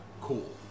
Cool